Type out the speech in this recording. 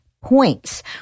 points